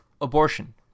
abortion